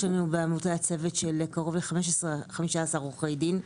יש לנו בעמותה צוות של קרוב ל-15 עורכי דין.